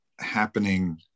happening